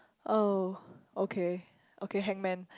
oh okay okay hangman